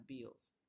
bills